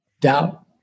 Doubt